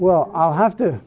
well i'll have to